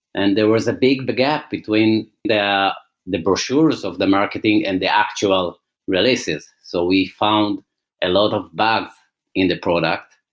and there was a big gap between yeah the brochures of the marketing and the actual releases. so, we found a lot of bugs in the product.